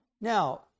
Now